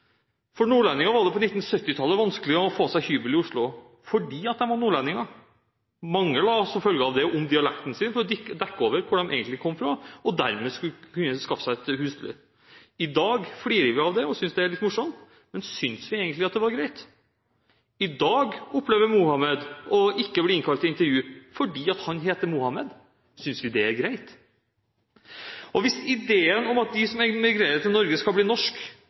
For nordlendinger var det på 1970-tallet vanskelig å få seg hybel i Oslo, fordi de var nordlendinger. Mange la som følge av det om dialekten sin for å dekke over hvor de egentlig kom fra, og dermed kunne de skaffe seg husly. I dag flirer vi av det og synes det er litt morsomt. Men synes vi egentlig at det var greit? I dag opplever Mohammed ikke å bli innkalt til intervju fordi han heter Mohammed. Synes vi det er greit? Hvis ideen er at de som immigrerer til Norge, skal bli